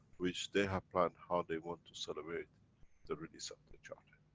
which they have planned, how they want to celebrate the release of the charter.